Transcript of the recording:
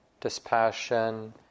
dispassion